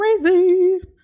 crazy